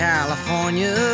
California